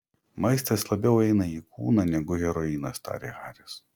maistas labiau eina į kūną negu heroinas tarė haris